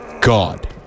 god